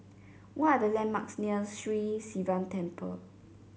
what are the landmarks near Sri Sivan Temple